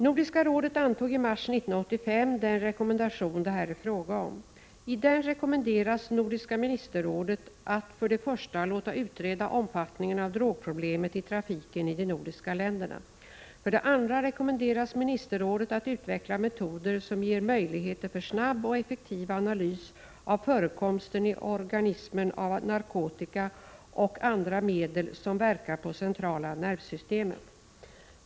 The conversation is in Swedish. Nordiska rådet antog i mars 1985 den rekommendation det här är fråga om. I den rekommenderas Nordiska ministerrådet att för det första låta utreda omfattningen av drogproblemet i trafiken i de nordiska länderna. För det andra rekommenderas ministerrådet att utveckla metoder som ger möjligheter för snabb och effektiv analys av förekomsten i organismen av narkotika och andra medel som inverkar på det centrala nervsystemet.